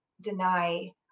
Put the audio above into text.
deny